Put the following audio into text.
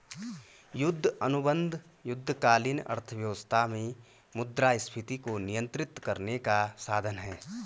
युद्ध अनुबंध युद्धकालीन अर्थव्यवस्था में मुद्रास्फीति को नियंत्रित करने का साधन हैं